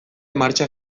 martxan